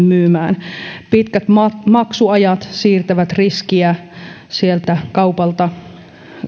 myymään pitkät maksuajat siirtävät riskiä kaupalta